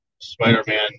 Spider-Man